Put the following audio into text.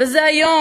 וזה היום,